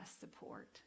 support